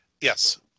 Yes